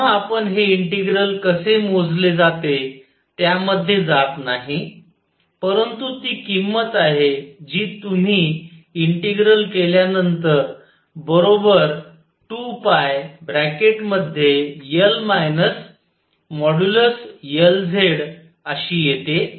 पुन्हा आपण हे इंटिग्रल कसे मोजले जाते त्यामध्ये जात नाही परंतु ती किंमत आहे जी तुम्ही इंटिग्रल केल्यानंतर 2πL ।Lz। अशी येते